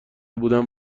بودم